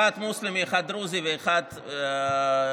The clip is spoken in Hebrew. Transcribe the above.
אחד מוסלמי, אחד דרוזי, ואחד יהודי.